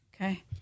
Okay